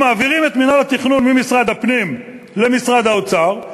אם מעבירים את מינהל התכנון ממשרד הפנים למשרד האוצר,